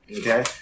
okay